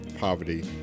Poverty